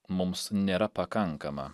mums nėra pakankama